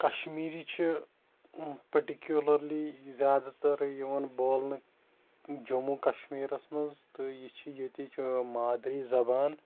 کَشمیٖری چھُ پٔٹکوٗلرلی زیادٕ تر یِوان بولنہٕ جموں کَشمیٖرَس مںٛز تہٕ یہِ چھِ ییٚتِچ مادی زَبان